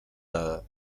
dada